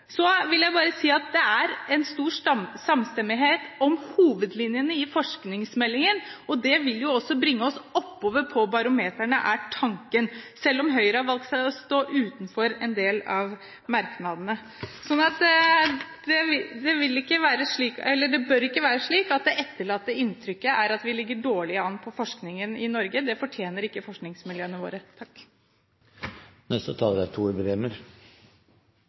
Så vil jeg bare si at det er stor samstemmighet om hovedlinjene i forskningsmeldingen. Det vil også bringe oss oppover på barometrene, er tanken, selv om Høyre har valgt å stå utenfor en del av merknadene. Så det bør ikke være slik at det etterlatte inntrykket er at vi ligger dårlig an på forskning i Norge. Det fortjener ikke forskningsmiljøene våre. Det er